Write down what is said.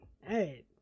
hey